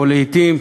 ולעתים,